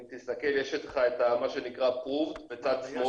אם תסתכל, יש לך את מה שנקרא proved בצד שמאל.